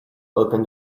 opened